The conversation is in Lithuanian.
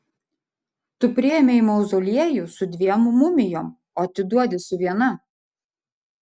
tu priėmei mauzoliejų su dviem mumijom o atiduodi su viena